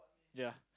ya